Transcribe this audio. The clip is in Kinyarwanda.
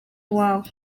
iwabo